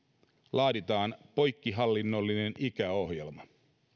laaditaan poikkihallinnollinen ikäohjelma